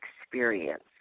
experience